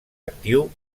actiu